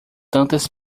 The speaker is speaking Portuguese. tantas